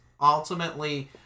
ultimately